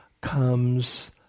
comes